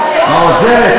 העוזרת,